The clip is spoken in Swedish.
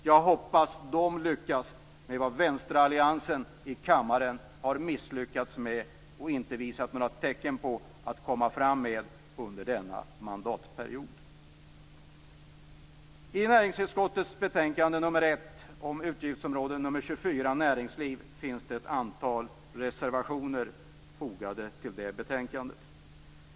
Jag hoppas att de lyckas med vad vänsteralliansen i kammaren visar alla tecken på att misslyckas med under denna mandatperiod. I näringsutskottets betänkande nr 1 om utgiftsområde nr 24 - Näringsliv - finns det ett antal reservationer.